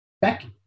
Becky